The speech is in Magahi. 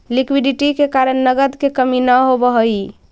लिक्विडिटी के कारण नगद के कमी न होवऽ हई